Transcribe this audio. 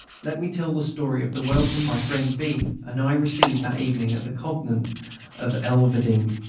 let me tell the story of the welcome my friend b. and i received that evening at the convent of elverdinghe.